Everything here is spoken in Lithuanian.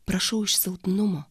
prašau iš silpnumo